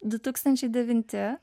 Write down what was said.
du tūkstančiai devinti